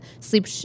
sleep